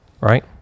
right